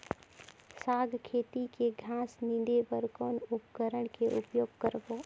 साग खेती के घास निंदे बर कौन उपकरण के उपयोग करबो?